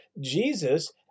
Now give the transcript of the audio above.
Jesus